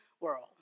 world